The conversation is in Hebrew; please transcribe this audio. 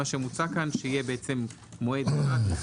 מוצע כאן שיהיה מועד אחד,